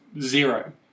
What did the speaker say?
zero